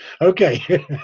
Okay